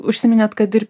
užsiminėt kad ir